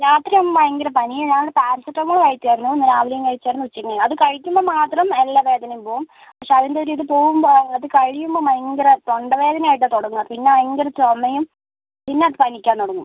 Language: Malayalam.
രാത്രി ആവുമ്പം ഭയങ്കര പനിയും ആണ് ഞാനതുകൊണ്ട് പാരസെറ്റാമോൾ കഴിച്ചായിരുന്നു ഇന്ന് രാവിലെയും കഴിച്ചായിരുന്നു ഉച്ചയ്ക്കും അത് കഴിക്കുമ്പം മാത്രം എല്ലാ വേദനയും പോവും പക്ഷേ അതിൻ്റെ ഒരു ഇത് പോവുമ്പം അത് കഴിയുമ്പം ഭയങ്കര തൊണ്ടവേദന ആയിട്ടാണ് തുടങ്ങുക പിന്നെ ഭയങ്കര ചുമയും പിന്നെ പനിക്കാൻ തുടങ്ങും